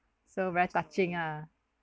so very touching ah